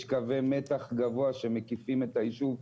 יש קווי מתח גבוה שמקיפים את היישוב,